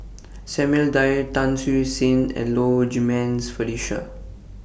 Samuel Dyer Tan Siew Sin and Low Jimenez Felicia